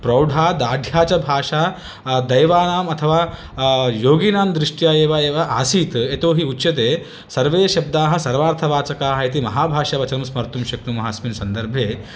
प्रौढा दार्ढ्या च भाषा दैवानाम् अथवा योगीनां दृष्ट्या एव एव असीत् यतो हि उच्यते सर्वे शब्दाः सर्वार्थवाचकाः इति महाभाषावचनं स्मर्तुं शक्नुमः अस्मिन् सन्दर्भे